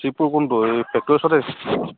কোনটো এই ফেক্টৰীৰ ওচচতে